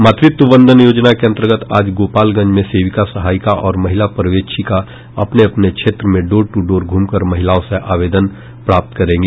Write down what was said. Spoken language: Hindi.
मातृत्व वंदन योजना के अंतर्गत आज गोपालगंज में सेविका सहायिका और महिला पर्यवेक्षिका अपने अपने क्षेत्र में डोर टू डोर घुमकर महिलाओं से आवेदन प्राप्त करेगी